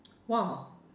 !wow!